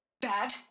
Bad